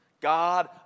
God